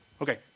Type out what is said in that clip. Okay